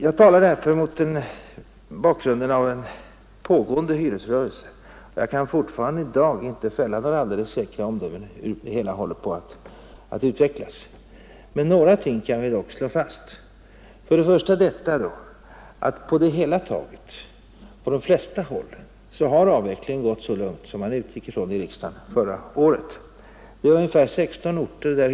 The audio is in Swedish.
Jag talar därför mot bakgrunden av en pågående hyresrörelse, och jag kan i dag inte fälla några alldeles säkra omdömen om hur det hela håller på att utvecklas. Men några saker kan vi ändå slå fast, först och främst att avvecklingen på det hela taget och på de flesta håll har gått så lugnt som man förutsatte förra året här i riksdagen.